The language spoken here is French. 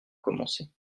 commencer